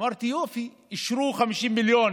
אמרתי: יופי, אישרו 50 מיליון